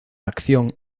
acción